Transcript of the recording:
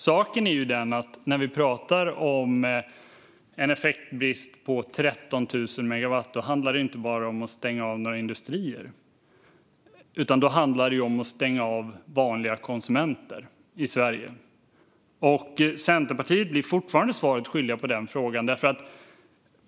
Saken är ju denna: När vi pratar om en effektbrist på 13 000 megawatt handlar det inte bara om att stänga av några industrier, utan då handlar det om att stänga av vanliga konsumenter i Sverige. Centerpartiet blir fortfarande svaret skyldiga på den frågan.